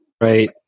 Right